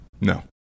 no